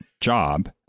job